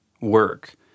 work